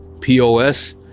pos